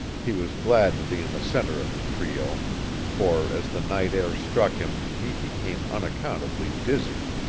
he was glad to be in the center of the trio for, as the night air struck him, he became unaccountably dizzy.